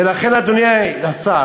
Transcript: ולכן, אדוני השר,